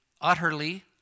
utterly